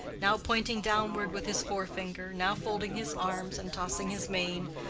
now pointing downward with his fore-finger, now folding his arms and tossing his mane,